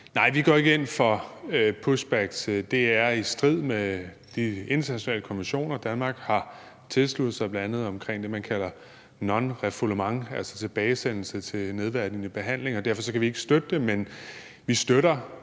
Nej, vi går ikke ind for pushbacks. Det er i strid med de internationale konventioner, Danmark har tilsluttet sig, bl.a. omkring det, man kalder non-refoulement, altså tilbagesendelse til nedværdigende behandling, og derfor kan vi ikke støtte det. Men vi støtter